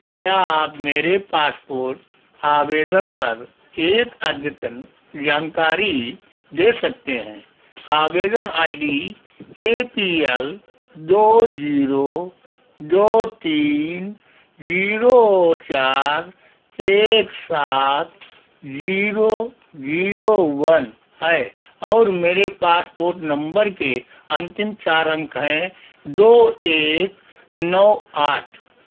क्या आप मेरे पासपोर्ट आवेदन पर एक अद्यतन जानकारी दे सकते हैं आवेदन I D A P L दो जीरो दो तीन जीरो चार एक सात जीरो जीरो वन है और मेरे पासपोर्ट नंबर के अंतिम चार अंक हैं दो एक नौ आठ